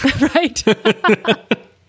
Right